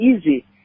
easy